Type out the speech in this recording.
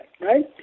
right